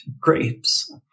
grapes